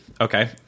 Okay